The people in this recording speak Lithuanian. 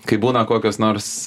kai būna kokios nors